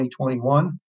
2021